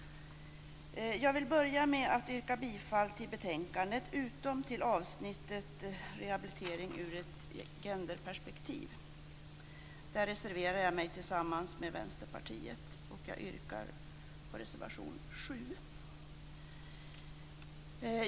Jag vill börja med att yrka bifall till utskottets hemställan, utom till avsnittet Rehabilitering ur ett gender-perspektiv. Där reserverar jag mig tillsammans med Vänsterpartiet. Jag yrkar bifall till reservation 7.